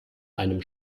einem